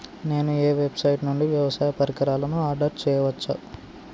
నేను ఏ వెబ్సైట్ నుండి వ్యవసాయ పరికరాలను ఆర్డర్ చేయవచ్చు?